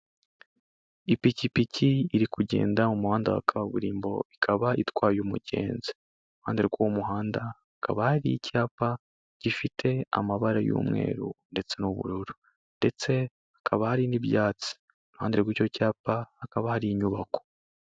Ipikipiki iri kugenda mu muhanda wa kaburimbo, ikaba itwaye umugenzi, iruhande rw'umuhanda hakaba hari icyapa gifite amabara y'umweru ndetse n'ubururu ndetse hakaba hari n'ibyatsi, iruhande rw'icyo cyapa hakaba hari inyubako.